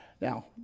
Now